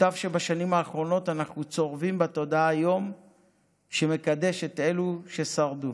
טוב שבשנים האחרונות אנחנו צורבים בתודעה יום שמקדש את אלו ששרדו.